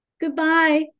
Goodbye